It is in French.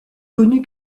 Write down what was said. connue